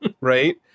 Right